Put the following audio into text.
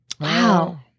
Wow